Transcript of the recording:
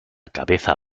cabeza